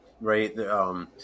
right